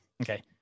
Okay